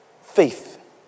faith